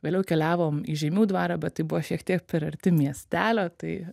vėliau keliavom į žeimių dvarą bet tai buvo šiek tiek per arti miestelio tai